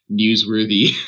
newsworthy